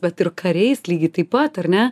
bet ir kariais lygiai taip pat ar ne